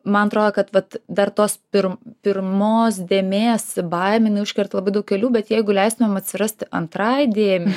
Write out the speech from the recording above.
man atrodo kad dar tos pirm pirmos dėmės baimė jinai užkerta labai daug kelių bet jeigu leistumėm atsirasti antrai dėm